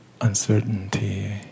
uncertainty